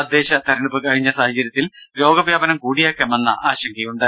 തദ്ദേശ തെരഞ്ഞെടുപ്പ് കഴിഞ്ഞ സാഹചര്യത്തിൽ രോഗവ്യാപനം കൂടിയേക്കാമെന്ന ആശങ്കയുണ്ട്